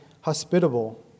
hospitable